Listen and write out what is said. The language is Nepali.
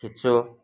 खिच्छु